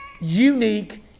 unique